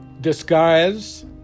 Disguise